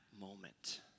moment